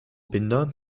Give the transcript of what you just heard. binder